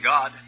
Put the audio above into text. God